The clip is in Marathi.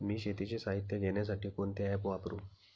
मी शेतीचे साहित्य घेण्यासाठी कोणते ॲप वापरु?